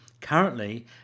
Currently